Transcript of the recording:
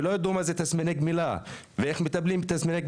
הם לא ידעו מהם תסמיני גמילה ואיך מטפלים בהם.